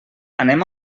anem